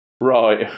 Right